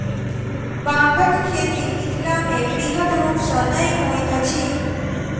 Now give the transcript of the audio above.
बांगक खेती मिथिलामे बृहद रूप सॅ नै होइत अछि